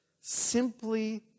Simply